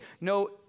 No